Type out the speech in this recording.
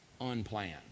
Unplanned